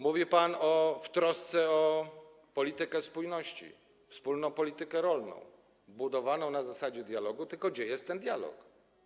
Mówił pan o trosce o politykę spójności, wspólną politykę rolną budowaną na zasadzie dialogu, tylko gdzie jest ten dialog?